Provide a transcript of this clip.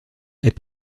est